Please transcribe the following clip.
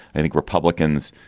i think republicans,